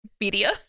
media